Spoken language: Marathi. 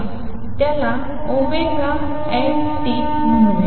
त्याला ओमेगा एन टी म्हणूया